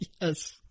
Yes